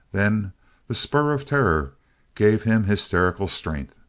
then the spur of terror gave him hysterical strength.